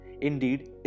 Indeed